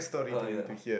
oh ya